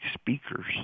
speakers